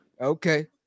Okay